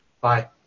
bye